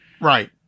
Right